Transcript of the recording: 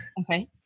Okay